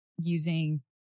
using